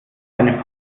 eine